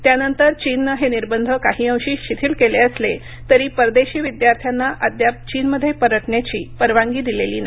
त्यानंत चीननं हे निर्बंध काही अंशी शिथिल केले असले तरी परदेशी विद्यार्थ्यांना अद्याप चीनमध्ये परतण्याची परवानगी दिलेली नाही